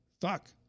Fuck